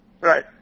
Right